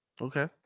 Okay